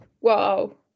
Wow